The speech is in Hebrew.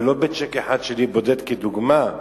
ולא בצ'ק אחד שלי בודד כדוגמה.